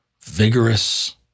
vigorous